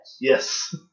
Yes